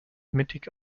mittig